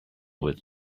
with